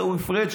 עיסאווי פריג',